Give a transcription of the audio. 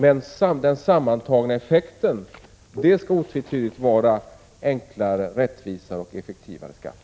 Men den sammantagna effekten skall otvetydigt vara enklare, rättvisare och effektivare skatter.